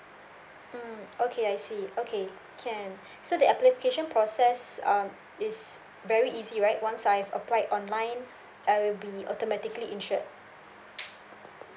mm okay I see okay can so the application process um is very easy right once I've applied online I will be automatically insured